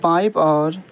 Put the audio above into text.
pipe اور